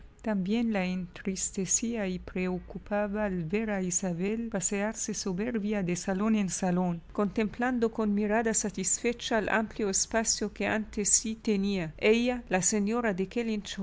también la entristecía y preocupaba el ver a isabel pasearse soberbia de salón en salón contemplando con mirada satisfecha el amplio espacio que ante sí tenía ella la señora de